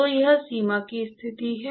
तो वह सीमा की स्थिति है